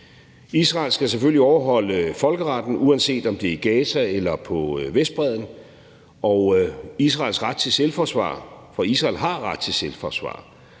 Israel skal selvfølgelig overholde folkeretten, uanset om det er i Gaza eller på Vestbredden, og Israels ret til selvforsvar – for Israel har ret til selvforsvar